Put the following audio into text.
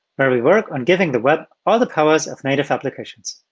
where we work on giving the web all the colors of native applications.